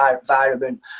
environment